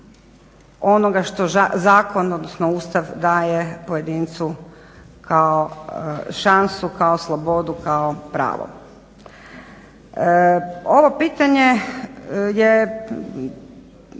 onoga što zakon odnosno što Ustav daje pojedincu kao šansu kao slobodu kao pravo. Ovo pitanje je